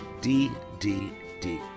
ddd